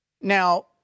Now